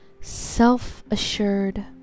self-assured